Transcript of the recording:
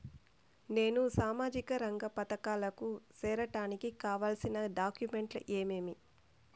నేను సామాజిక రంగ పథకాలకు సేరడానికి కావాల్సిన డాక్యుమెంట్లు ఏమేమీ?